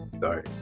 Sorry